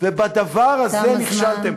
ובדבר הזה נכשלתם.